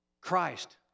Christ